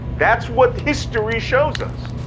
that's what history shows us.